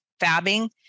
fabbing